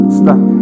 stuck